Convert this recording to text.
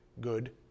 Good